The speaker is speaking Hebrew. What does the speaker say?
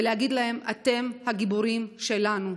ולהגיד להם: אתם הגיבורים שלנו.